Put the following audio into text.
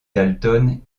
dalton